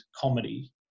comedy